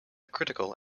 critical